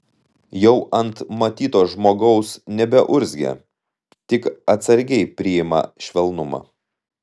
jau ant matyto žmogaus nebeurzgia tik atsargiai priima švelnumą